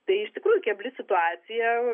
tai iš tikrųjų kebli situacija